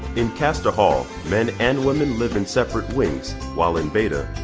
in castor hall, men and women live in separate wings, while in beta,